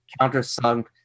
countersunk